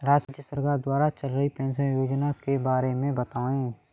राज्य सरकार द्वारा चल रही पेंशन योजना के बारे में बताएँ?